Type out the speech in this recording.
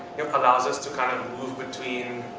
allows us to kind of move between